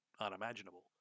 unimaginable